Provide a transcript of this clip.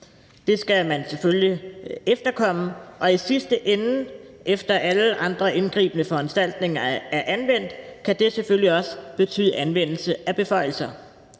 Det skal man selvfølgelig efterkomme, og i sidste ende, efter at alle andre indgribende foranstaltninger er anvendt, kan det selvfølgelig også betyde anvendelse af beføjelser.